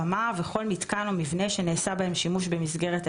במה וכל מתקן או מבנה שנעשה בהם שימוש במסגרת האירוע,